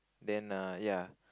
then err ya